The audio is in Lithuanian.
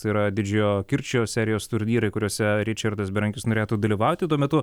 tai yra didžiojo kirčio serijos turnyrai kuriuose ričardas berankis norėtų dalyvauti tuo metu